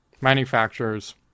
manufacturers